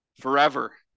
forever